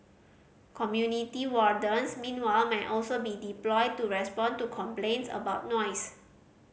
community wardens meanwhile may also be deployed to respond to complaints about noise